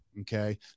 okay